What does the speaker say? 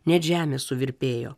net žemė suvirpėjo